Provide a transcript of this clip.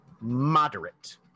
moderate